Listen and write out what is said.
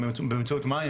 באמצעות מים,